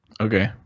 Okay